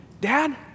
Dad